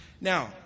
Now